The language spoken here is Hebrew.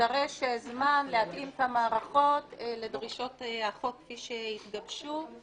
יידרש זמן להתאים את המערכות לדרישות החוק כפי שיתגבשו,